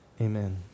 Amen